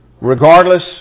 regardless